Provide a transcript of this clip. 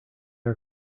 are